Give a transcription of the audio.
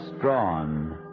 drawn